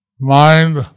mind